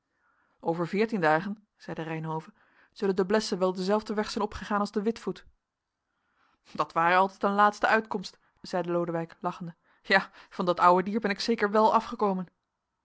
over veertien dagen zeide reynhove zullen de blessen wel denzelfden weg zijn opgegaan als de witvoet dat ware altijd een laatste uitkomst zeide lodewijk lachende ja van dat ouwe dier ben ik zeker wél afgekomen